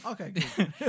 Okay